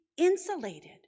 insulated